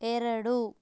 ಎರಡು